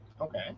Okay